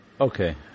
Okay